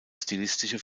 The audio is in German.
stilistische